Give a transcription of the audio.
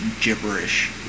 gibberish